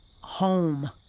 home